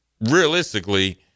realistically